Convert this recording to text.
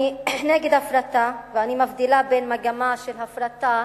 אני נגד הפרטה ואני מבדילה בין מגמה של הפרטה